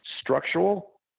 structural